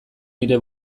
nire